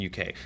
UK